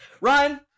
Ryan